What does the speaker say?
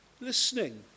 listening